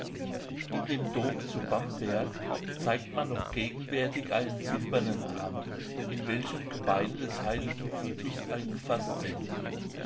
in dem dome zu bamberg zeigt man noch gegenwärtig einen silbernen arm in welchem gebeine des heiligen vitus eingefaßt sind